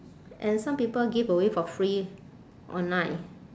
and some people give away for free online